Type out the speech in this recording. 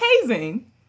hazing